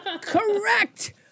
correct